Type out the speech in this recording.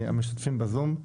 מהמשתתפים בזום,